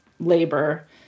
labor